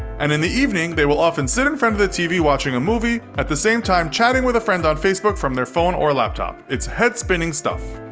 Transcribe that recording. and in the evening, they will often sit in front of the tv watching a movie, at the same time chatting with a friend on facebook from their phone or laptop. it's head spinning stuff!